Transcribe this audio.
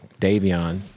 Davion